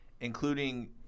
including